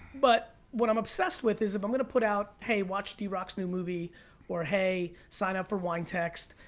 but, what i'm obsessed with is if i'm gonna put out, hey, watch d rock's new movie or hey, sign up for wine texts,